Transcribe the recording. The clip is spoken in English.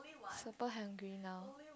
super hungry now